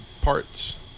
parts